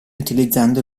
utilizzando